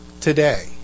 today